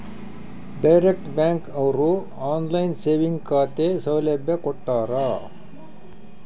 direct bank ಅವ್ರು online saving ಖಾತೆ ಸೌಲಭ್ಯ ಕೊಟ್ಟಾರ